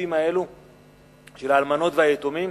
לבתים האלה של האלמנות והיתומים?